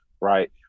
right